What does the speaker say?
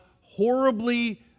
horribly